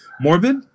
morbid